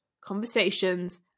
conversations